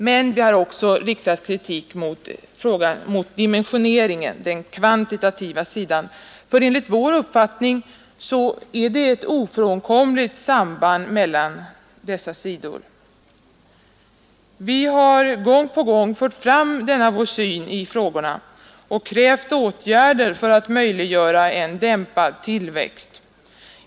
Men vi har också riktat kritik mot dimensioneringen, den kvantitativa sidan, för enligt vår uppfattning är det ett ofrånkomligt samband mellan dessa sidor. Vi har gång på gång fört fram denna vår syn på frågorna och krävt åtgärder för att möjliggöra en dämpad tillväxt.